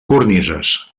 cornises